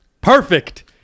Perfect